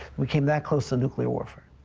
we came that close to nuclear warfare.